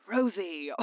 Rosie